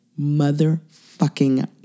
motherfucking